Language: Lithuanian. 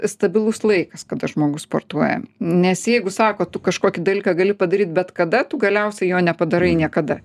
stabilus laikas kada žmogus sportuoja nes jeigu sako tu kažkokį dalyką gali padaryt bet kada tu galiausiai jo nepadarai niekada